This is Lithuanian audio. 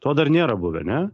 to dar nėra buvę ane